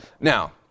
Now